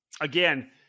again